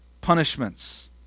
punishments